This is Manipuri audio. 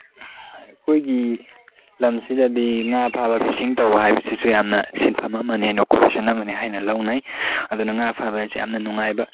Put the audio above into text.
ꯑꯩꯈꯣꯏꯒꯤ ꯂꯝꯁꯤꯗꯗꯤ ꯉꯥ ꯐꯥꯕ ꯐꯤꯁꯤꯡ ꯇꯧꯕ ꯍꯥꯏꯕꯁꯤꯁꯨ ꯌꯥꯝꯅ ꯁꯤꯟꯐꯝ ꯑꯃꯅꯤ ꯑꯣꯀꯨꯄꯦꯁꯟ ꯑꯃꯅꯤ ꯍꯥꯏꯅ ꯂꯧꯅꯩ ꯑꯗꯨꯅ ꯉꯥ ꯐꯥꯕ ꯍꯥꯏꯁꯦ ꯌꯥꯝꯅ ꯅꯨꯡꯉꯥꯏꯕ